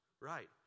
Right